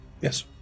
Yes